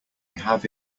have